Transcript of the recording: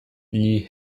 gli